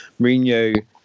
Mourinho